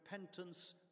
repentance